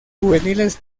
juveniles